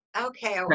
okay